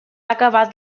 acabat